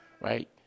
Right